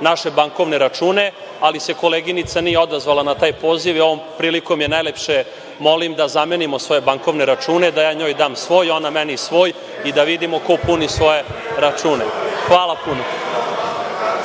naše bankovne račune, ali se koleginica nije odazvala na taj poziv i ovom prilikom je najlepše molim da zamenimo svoje bankovne račune, da ja njoj dam svoj, a ona meni svoj i da vidimo ko puni svoje račune. Hvala puno.